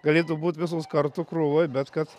galėtų būti visos kartu krūvoje bet kad